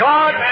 God